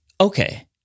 Okay